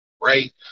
right